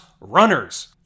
runners